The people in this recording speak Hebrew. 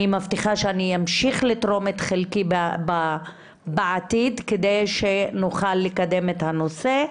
אני מבטיחה שאני אמשיך לתרום את חלקי בעתיד כדי שנוכל לקדם את הנושא.